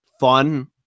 fun –